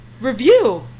review